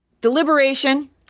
Deliberation